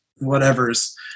whatever's